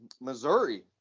Missouri